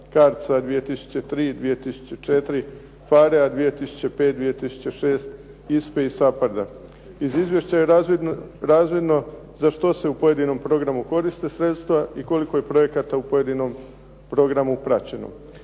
CARDS-a 2003, 2004, PHARE-a 2005, 2006, ISPA-e i SAPARD-a. Iz izvješća je razvidno za što se u pojedinom programu koriste sredstva i koliko je projekata u pojedinom programu praćeno.